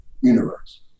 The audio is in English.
universe